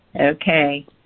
Okay